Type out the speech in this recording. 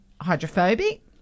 Hydrophobic